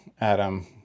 Adam